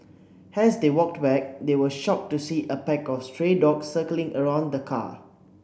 has they walked back they were shocked to see a pack of stray dogs circling around the car